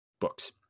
books